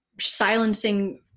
silencing